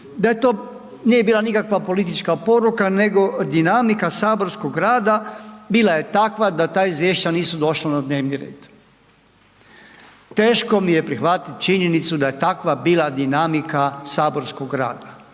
da je to nije bila nikakva politička poruka nego dinamika saborskog rada bila je takva da ta izvješća nisu došla na dnevni red. Teško mi je prihvatiti činjenicu da je takva bila dinamika saborskog rada,